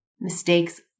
Mistakes